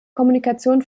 kommunikation